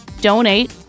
donate